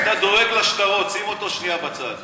אתה דואג לשטרות, שים אותו שנייה בצד.